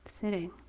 sitting